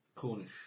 Cornish